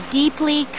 deeply